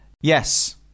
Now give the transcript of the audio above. Yes